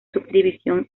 subdivisión